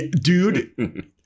dude